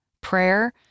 Prayer